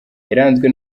yaranzwe